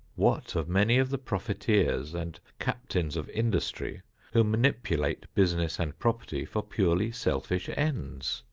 what of many of the profiteers and captains of industry who manipulate business and property for purely selfish ends?